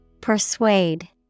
Persuade